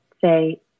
say